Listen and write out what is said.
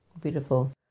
Beautiful